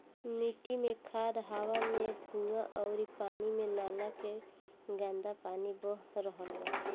मिट्टी मे खाद, हवा मे धुवां अउरी पानी मे नाला के गन्दा पानी बह रहल बा